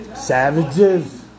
Savages